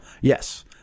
Yes